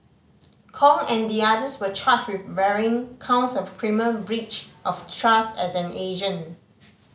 Kong and the others were charged with varying counts of criminal breach of trust as an agent